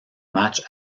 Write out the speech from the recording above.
match